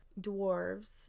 dwarves